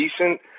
decent